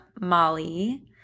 Molly